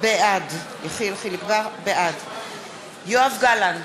בעד יואב גלנט,